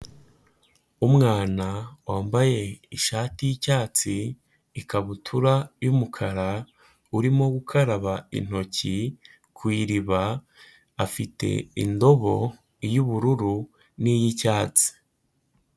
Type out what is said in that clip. Umwana wambaye ishati y'icyatsi, ikabutura y'umukara, urimo gukaraba intoki ku iriba afite indobo y'ubururu n'iy'icyatsi.